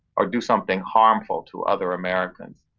or do something harmful to other americans.